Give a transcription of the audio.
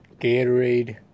Gatorade